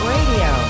Radio